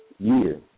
Year